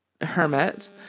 hermit